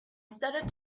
started